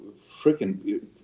freaking